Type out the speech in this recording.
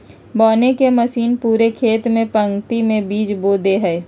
बोने के मशीन पूरे खेत में पंक्ति में बीज बो दे हइ